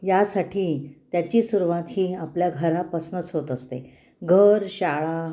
यासाठी त्याची सुरुवात ही आपल्या घरापासूनच होत असते घर शाळा